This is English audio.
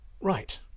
Right